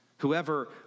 Whoever